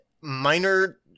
minor